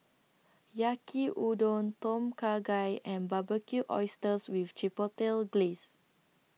Yaki Udon Tom Kha Gai and Barbecued Oysters with Chipotle Glaze